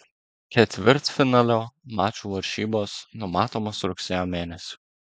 ketvirtfinalio mačų varžybos numatomos rugsėjo mėnesį